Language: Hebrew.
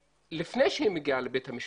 לפני שהיא מגיעה לבית המשפט,